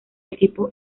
equipo